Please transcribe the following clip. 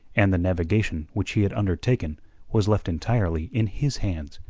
and the navigation which he had undertaken was left entirely in his hands.